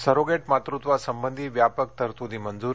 surrogate मातत्वासंबंधी व्यापक तरतुदी मंजूर